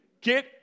Get